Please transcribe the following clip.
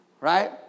Right